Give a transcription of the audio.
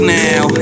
now